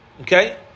okay